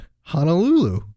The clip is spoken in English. Honolulu